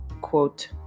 quote